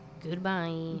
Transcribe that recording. Goodbye